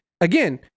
again